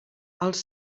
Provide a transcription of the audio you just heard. els